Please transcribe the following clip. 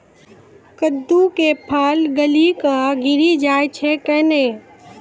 कददु के फल गली कऽ गिरी जाय छै कैने?